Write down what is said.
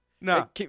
No